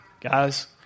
Guys